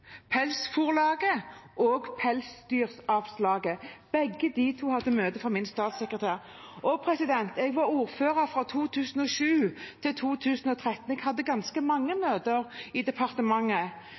Pelsdyrfôrlaget og Pelsdyralslaget. Begge de to hadde møte med min statssekretær. Jeg var ordfører fra 2007 til 2013. Jeg hadde ganske mange